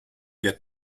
get